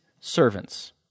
servants